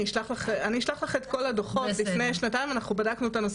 אני אשלח לך את כל הדוחות לפני שנתיים בדקנו את הנושא